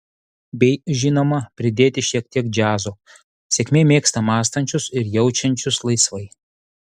bei žinoma pridėti šiek tiek džiazo sėkmė mėgsta mąstančius ir jaučiančius laisvai